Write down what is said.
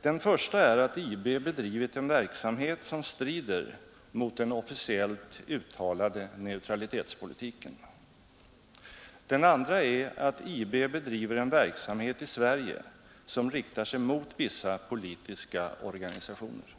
Den första är att IB bedrivit en verksamhet som strider mot den officiellt uttalade neutralitetspolitiken. Den andra är att IB bedriver en verksamhet i Sverige som riktar sig mot vissa politiska organisationer.